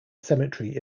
cemetery